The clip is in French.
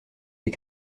des